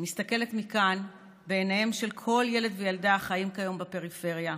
אני מסתכלת מכאן בעיניהם של כל ילד וילדה החיים כיום בפריפריה,